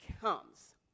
comes